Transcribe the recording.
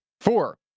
Four